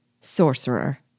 Sorcerer